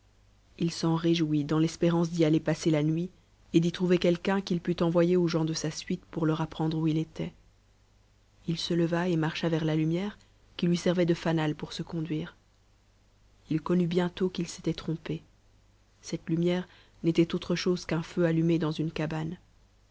il s'en réjouit dans l'espérance d'y aller passer a nuit et d'y trouver quelqu'un qu'il pût envoyer aux gens de sa suite pour leur apprendre où il était il se leva et marcha vers la lumière qui lui servait de fanal pour se conduire il connut bientôt qu'il s'était trompé cette lumière n'était autre chose qu'un feu allumé dans une cabane